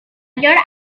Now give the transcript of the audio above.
york